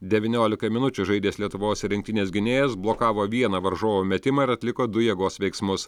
devyniolika minučių žaidęs lietuvos rinktinės gynėjas blokavo vieną varžovo metimą ir atliko du jėgos veiksmus